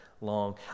long